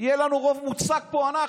יהיה לנו רוב מוצק פה, אנחנו.